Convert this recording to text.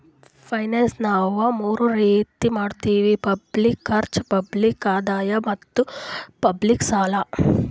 finance ನಾವ್ ಮೂರ್ ರೀತಿ ಮಾಡತ್ತಿವಿ ಪಬ್ಲಿಕ್ ಖರ್ಚ್, ಪಬ್ಲಿಕ್ ಆದಾಯ್ ಮತ್ತ್ ಪಬ್ಲಿಕ್ ಸಾಲ